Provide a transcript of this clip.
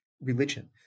religion